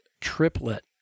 triplet